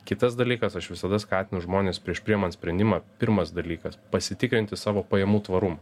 kitas dalykas aš visada skatinu žmones prieš priėman sprendimą pirmas dalykas pasitikrinti savo pajamų tvarumą